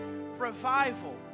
revival